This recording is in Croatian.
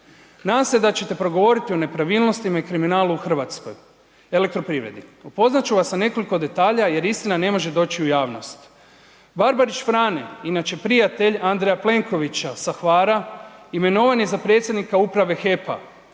Nadam se da ćete progovoriti o nepravilnostima i kriminalu u Hrvatskoj elektroprivredi. Upoznati ću vas sa nekoliko detalja jer istina ne može doći u javnost. Barbarić Frane, inače prijatelj Andreja Plenkovića sa Hvara imenovan je za predsjednika Uprave HEP-a.